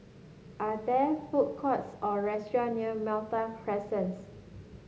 are there food courts or restaurants near Malta Crescent